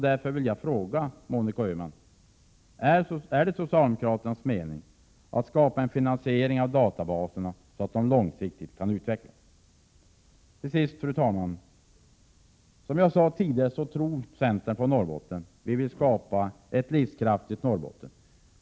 Därför vill jag fråga Monica Öhman: Är det socialdemokraternas mening att skapa en finansiering av databaserna så att de kan utvecklas långsiktigt? Till sist, fru talman: Som jag sade tidigare tror centern på Norrbotten. Vi vill skapa ett livskraftigt Norrbotten.